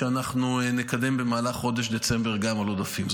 שאנחנו נקדם במהלך חודש דצמבר גם על עודפים.